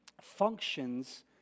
functions